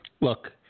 Look